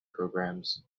programs